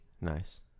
Nice